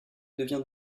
devient